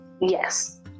Yes